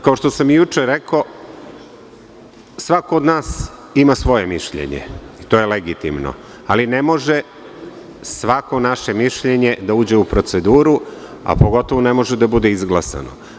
Kao što sam juče rekao, svako od nas ima svoje mišljenje i to je legitimno, ali ne može svako naše mišljenje da uđe u proceduru, a pogotovo ne može da bude izglasano.